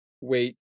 wait